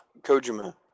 Kojima